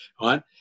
right